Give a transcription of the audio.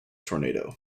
tornado